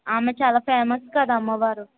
ఆమె చాలా ఫేమస్ కదా అమ్మవారు